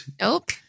Nope